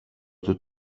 του